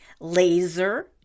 Laser